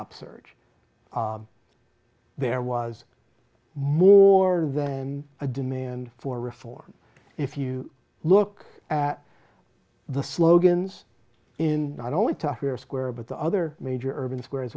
upsurge there was more than a demand for reform if you look at the slogans in not only to where square but the other major urban squares